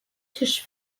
tisch